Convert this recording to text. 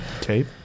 tape